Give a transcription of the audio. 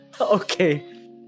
okay